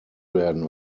werden